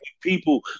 people